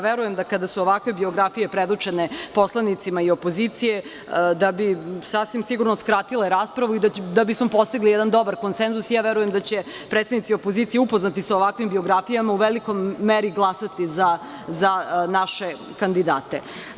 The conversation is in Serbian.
Verujem, da kada su ovakve biografije predočene poslanicima i opozicije, da bi sasvim sigurno skratile raspravu i da bi smo postigli jedan dobar konsenzus, verujem da će predsednici opozicije upoznati sa ovakvim biografijama u velikoj meri glasati za naše kandidate.